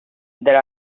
there